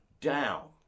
down